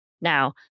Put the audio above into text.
Now